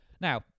Now